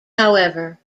however